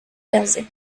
jersey